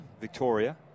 Victoria